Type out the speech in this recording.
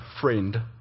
friend